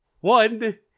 one